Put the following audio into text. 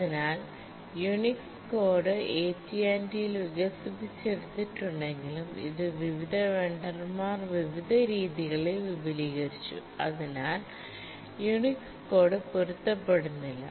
അതിനാൽ Unix code AT T യിൽ വികസിപ്പിച്ചെടുത്തിട്ടുണ്ടെങ്കിലും ഇത് വിവിധ വെണ്ടർമാർ വിവിധ രീതികളിൽ വിപുലീകരിച്ചു അതിനാൽ യുണിക്സ് കോഡ് പൊരുത്തപ്പെടുന്നില്ല